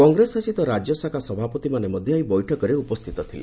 କଂଗ୍ରେସ ଶାସିତ ରାଜ୍ୟଶାଖା ସଭାପତିମାନେ ମଧ୍ୟ ଏହି ବୈଠକରେ ଉପସ୍ଥିତ ଥିଲେ